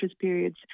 periods